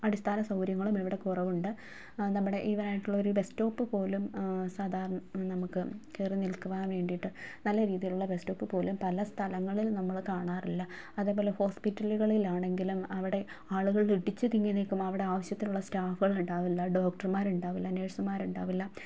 അടിസ്ഥാന സൗകര്യങ്ങളും ഇവിടെ കുറവുണ്ട് നമ്മുടെ ഈവനായിട്ടുള്ള ഒര് ബസ് സ്റ്റോപ്പ് പോലും സാദാ നമുക്ക് കയറി നിൽക്കുവാന് വേണ്ടിയിട്ട് നല്ല രീതിയിലുള്ള ബെസ്റ്റോപ്പിപ്പോലും പല സ്ഥലങ്ങളിൾ നമ്മള് കാണാറില്ല അതേപോലെ ഹോസ്പിറ്റലുകളിലാണങ്കിലും അവടെ ആളുകൾ ഇടിച്ചു തിങ്ങി നിൽക്കും അവിടെ ആവശ്യത്തിനുള്ള സ്റ്റാഫുകൾ ഉണ്ടാവില്ല ഡോക്ടർമാരുണ്ടാവില്ല നേഴ്സുമാആർ ഉണ്ടാകില്ല